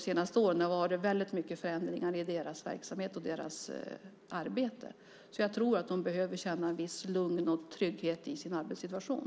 Det har varit väldigt mycket förändringar de senaste åren i deras verksamhet och deras arbete. Så jag tror att de behöver känna ett visst lugn och en trygghet i sin arbetssituation.